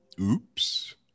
Oops